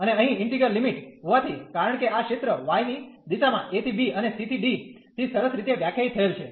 અને અહીં integral limit હોવાથી કારણ કે આ ક્ષેત્ર y ની દિશામાં a ¿ b અને c ¿ d થી સરસ રીતે વ્યાખ્યાયિત થયેલ છે